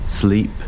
Sleep